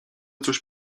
coś